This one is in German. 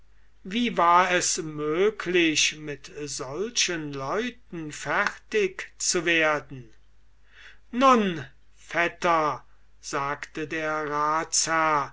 wie war es möglich mit solchen leuten fertig zu werden nun vetter sagte der ratsherr